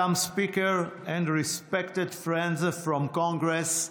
Madam Speaker and respected friends from Congress: